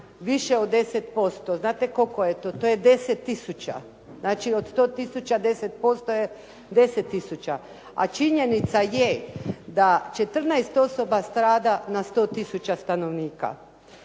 više od 10%. Znate koliko je to? To je 10 tisuća, znači od 100 tisuća 10% je 10 tisuća, a činjenica je da 14 osoba strada na 100 tisuća stanovnika.